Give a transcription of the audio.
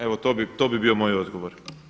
Evo to bi bio moj odgovor.